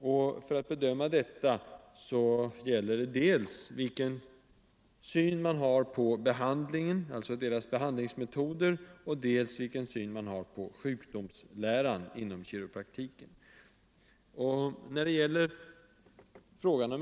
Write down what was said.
En bedömning av dessa frågor blir beroende av den syn man har på behandlingsmetoderna, och den syn man har på sjukdomsläran inom kiropraktiken.